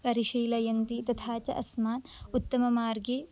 परिशीलयन्ति तथा च अस्मान् उत्तमः मार्गे